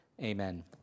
Amen